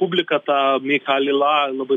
publika tą micha lilą labai